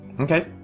Okay